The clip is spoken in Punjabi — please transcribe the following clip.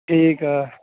ਠੀਕ ਆ